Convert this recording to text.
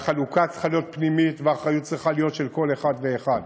והחלוקה צריכה להיות פנימית והאחריות צריכה להיות של כל אחד ואחד.